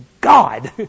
God